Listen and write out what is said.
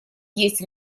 есть